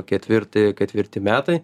ketvirti ketvirti metai